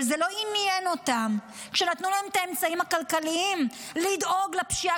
אבל זה לא עניין אותם כשנתנו להם את האמצעים הכלכליים לדאוג לפשיעה,